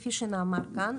כפי שנאמר כאן,